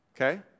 Okay